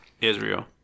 Israel